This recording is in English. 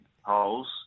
holes